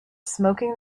smoking